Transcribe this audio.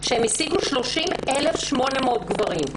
שהשיגו 30,800 גברים.